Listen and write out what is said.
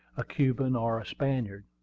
a cuban, or a spaniard.